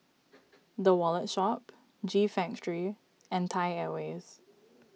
the Wallet Shop G Factory and Thai Airways